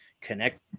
Connect